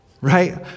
right